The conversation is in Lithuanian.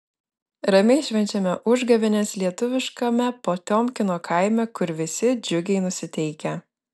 ramiai švenčiame užgavėnes lietuviškame potiomkino kaime kur visi džiugiai nusiteikę